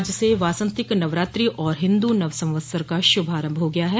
आज से वासंतिक नवरात्रि और हिन्दू नवसंवत्सर का शुभारम्भ हो गया है